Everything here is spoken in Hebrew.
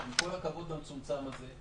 עם כל הכבוד למצומצם הזה,